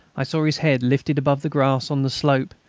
i saw his head lifted above the grass on the slope,